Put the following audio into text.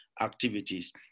activities